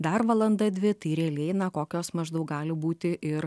dar valanda dvi tai realiai na kokios maždaug gali būti ir